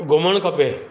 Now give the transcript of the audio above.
घुमणु खपे